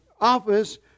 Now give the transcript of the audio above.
office